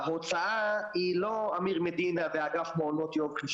ההוצאה היא לא אמיר מדינה ואגף מעונות יום.